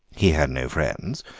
he had no friends,